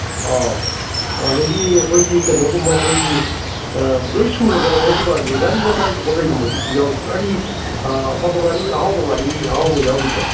ꯑꯣ ꯑꯗꯨꯗꯒꯤ ꯑꯩꯈꯣꯏꯒꯤ ꯀꯩꯅꯣꯒꯨꯝꯕ ꯑꯩꯈꯣꯏꯒꯤ ꯂꯣꯏꯅꯁꯨꯔꯕꯣ ꯑꯣꯖꯥꯒꯤ ꯗꯨꯀꯥꯟꯁꯦ ꯉꯥꯔꯤ ꯉꯇꯥꯏꯒꯨꯝꯕ ꯀꯩꯒꯨꯝꯕꯗꯤ ꯑꯗꯨꯝ ꯌꯥꯎꯔꯤꯕꯣ ꯉꯥꯔꯤ ꯑꯐꯕ ꯉꯥꯔꯤ ꯑꯍꯥꯎꯕ ꯉꯥꯔꯤ ꯑꯍꯥꯎꯕ ꯌꯥꯎꯔꯤꯕ꯭ꯔꯣ